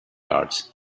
arts